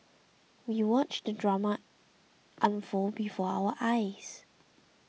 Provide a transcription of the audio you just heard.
we watched the drama unfold before our eyes